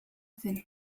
zen